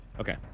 Okay